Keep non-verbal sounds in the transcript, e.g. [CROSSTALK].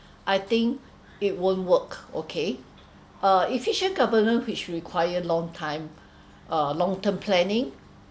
I think it won't work okay uh efficient government which require long time [BREATH] uh long term planning